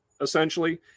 essentially